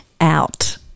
out